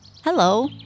Hello